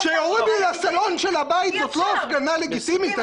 --- כשירו לי לסלון בבית זו לא הפגנה לגיטימית,